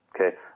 okay